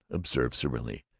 observed serenely,